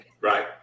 right